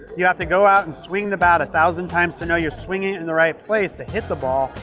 you have to go out and swing the bat a one thousand times to know you're swinging it in the right place to hit the ball.